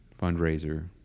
fundraiser